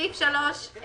סעיף 3 יורד.